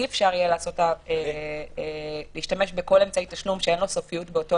אי אפשר יהיה להשתמש בכל אמצעי תשלום שאין לו סופיות באותו